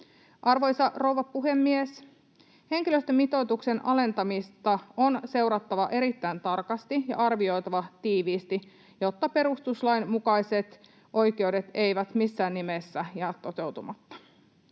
Arvoisa rouva puhemies! Henkilöstömitoituksen alentamista on seurattava erittäin tarkasti ja arvioitava tiiviisti, jotta perustuslain mukaiset oikeudet eivät missään nimessä jää toteutumatta.